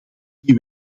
die